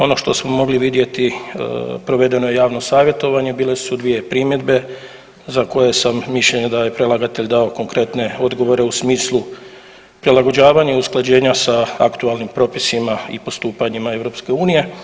Ono što smo mogli vidjeti provedeno je javno savjetovanje, bile su dvije primjedbe za koje sam mišljenja da je predlagatelj dao konkretne odgovore u smislu prilagođavanja i usklađenja sa aktualnim propisima i postupanjima EU.